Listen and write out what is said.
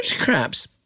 crabs